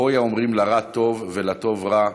"הוי האומרים לרע טוב ולטוב רע,